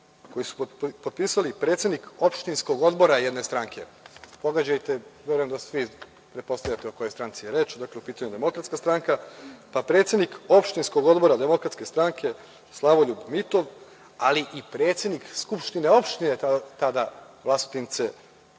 koji su potpisali predsednik opštinskog odbora jedne stranke, pogađajte, verujem da svi pretpostavljate o kojoj je stranci reč, dakle, u pitanju je DS, pa predsednik opštinskog odbora DS Slavoljub Mitov, ali i predsednik Skupštine opštine tada Vlasotince